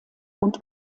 und